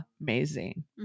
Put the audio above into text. amazing